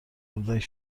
اردک